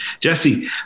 Jesse